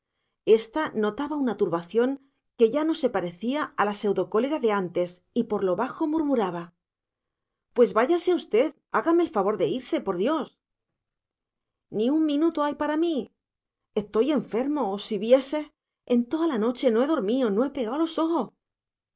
esta notaba una turbación que ya no se parecía a la pseudocólera de antes y por lo bajo murmuraba pues váyase usted hágame el favor de irse por dios ni un minuto hay para mí estoy enfermo si vieses en toda la noche no he dormido no he pegado los ojos